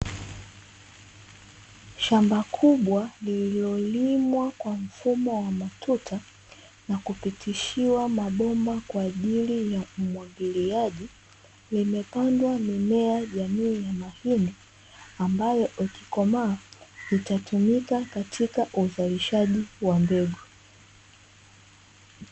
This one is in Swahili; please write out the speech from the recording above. Shamba kubwa lililolimwa kwa mfumo wa matuta na kupitishiwa mabomba kwa ajili ya umwagiliaji, limepandwa mimea jamii ya mahindi ambayo ikikomaa itatumika katika uzalishaji wa mbegu.